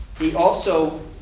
he also